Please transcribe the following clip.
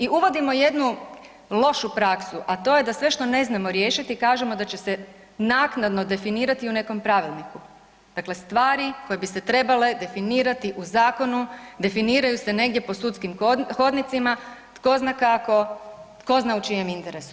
I uvodimo jednu lošu praksu, a to je da sve što ne znamo riješiti kažemo da se naknadno definirati u nekom pravilniku, dakle stvari koje bi se trebale definirati u zakonu, definiraju se negdje po sudskim hodnicima tko zna kako, tko zna u čijem interesu.